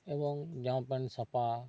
ᱮᱵᱚᱝ ᱡᱟᱢᱟ ᱯᱮᱱᱴ ᱥᱟᱯᱷᱟ